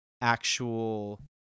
actual